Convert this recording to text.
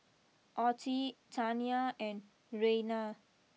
Ottie Taniya and Rayna